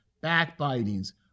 backbitings